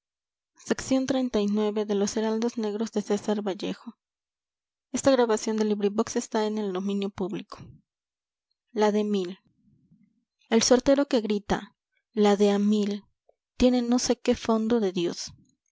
en mí pacifico un náufrago ataúd el suertero que grita la de a mil contiene no sé qué fondo de dios